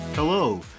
Hello